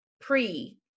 pre